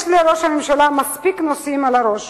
יש לראש הממשלה מספיק נושאים על הראש.